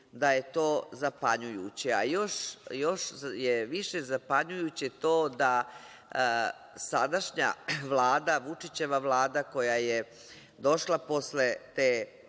da je to zapanjujuće. Još je više zapanjujuće to da sadašnja Vučićeva Vlada koja je došla posle te